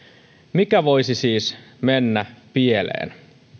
mikä voisi siis mennä pieleen